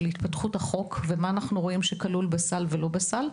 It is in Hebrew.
התפתחות החוק ומה אנחנו רואים שכלול או לא כלול בסל.